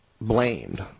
blamed